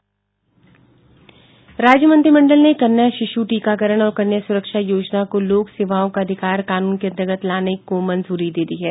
राज्य मंत्रिमंडल ने कन्या शिशु टीकाकरण और कन्या सुरक्षा योजना को लोक सेवाओं का अधिकार कानून के अंतर्गत लाने की मंजूरी दे दी है